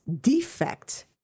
defect